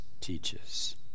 teaches